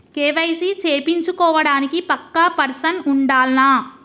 KYC చేపిచ్చుకోవడానికి పక్కా person ఉండాల్నా?